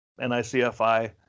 NICFI